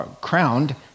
crowned